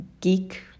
geek